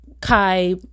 Kai